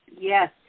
Yes